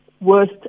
worst